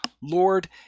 Lord